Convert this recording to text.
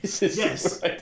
yes